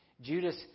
Judas